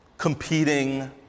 competing